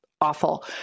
awful